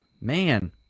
man